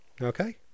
Okay